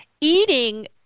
eating